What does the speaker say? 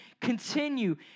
continue